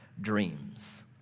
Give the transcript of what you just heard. dreams